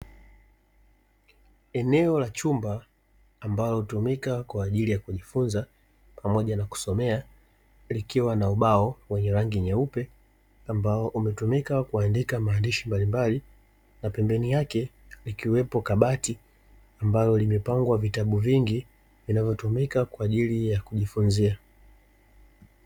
Eneo la chumba ambalo hutumika kwa ajili ya kujifunza pamoja na kusomea, likiwa na ubao wenye rangi nyeupe ambao umetumika kuandika maandishi mbalimbali, na pembeni yake likiwepo kabati ambalo limepangwa vitabu vingi vinavotumika kwa ajili ya kujifunzia.